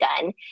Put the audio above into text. done